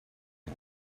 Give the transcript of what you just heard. him